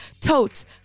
totes